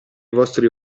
vostri